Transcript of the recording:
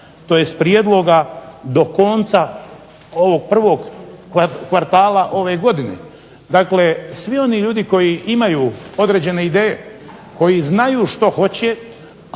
tj. prijedloga do konca ovog prvog kvartala ove godine. Dakle svi oni ljudi koji imaju određene ideje, koji znaju što hoće,